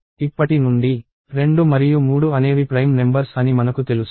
ఇప్పటి నుండి 2 మరియు 3 అనేవి ప్రైమ్ నెంబర్స్ అని మనకు తెలుసు